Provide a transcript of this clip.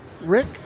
Rick